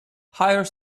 hires